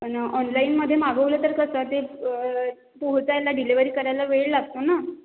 पण ऑनलाईनमध्ये मागवलं तर कसं ते पोहोचायला डिलिवरी करायला वेळ लागतो ना